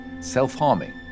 self-harming